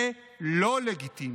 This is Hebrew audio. זה לא לגיטימי.